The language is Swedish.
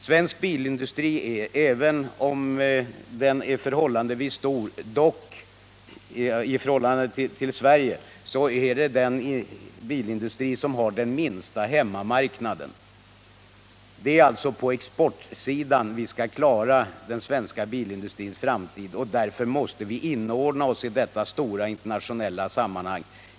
Svensk bilindustri är, även om den är förhållandevis stor i Sverige, dock den bilindustri som har den minsta hemmamarknaden. Det är alltså på exportmarknaderna som vi skall klara den svenska bilindustrins framtid, och därför måste vi inordna oss i det stora internationella sammanhanget.